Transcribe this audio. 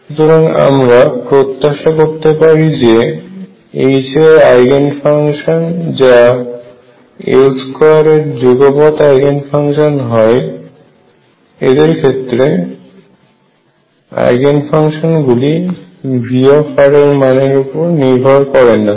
সুতরাং আমরা প্রত্যাশা করতে পারি যে H এর আইগেন ফাংশন যা L2 এর যুগপৎ আইগেন ফাংশন হয় এদের ক্ষেত্রে আইগেন ফাংশন গুলি V এর মানের উপর নির্ভর করে না